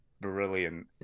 Brilliant